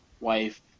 wife